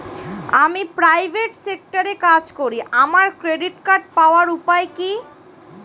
আমি প্রাইভেট সেক্টরে কাজ করি আমার ক্রেডিট কার্ড পাওয়ার উপায় কি?